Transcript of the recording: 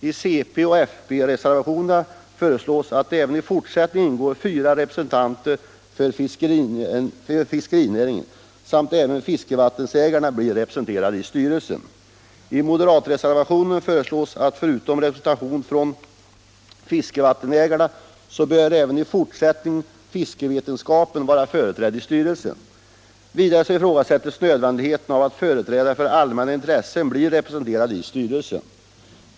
I centeroch folkpartireservationen föreslås att det även i fortsättningen skall ingå fyra representanter för fiskerinäringen samt att fiskevattenägarna blir representerade i styrelsen. I moderatreservationen föreslås att förutom fiskevattenägare även fiskevetenskapen i fortsättningen bör vara företrädd i styrelsen. Vidare ifrågasätts nödvändigheten av att företrädare för allmänna intressen finns med i styrelsen.